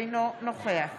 אינו נוכח